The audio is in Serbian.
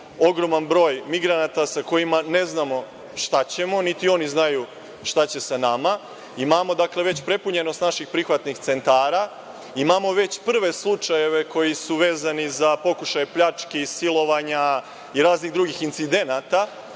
ogroman broj migranata sa kojima ne znamo šta ćemo, niti oni znaju šta će sa nama. Imamo, dakle, već prepunjenost naših prihvatnih centara, imamo već prve slučajeve koji su vezani za pokušaj pljački, silovanja i raznih drugih incidenata